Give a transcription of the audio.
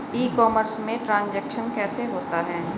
ई commerce में transaction कैसे होता है?